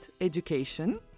education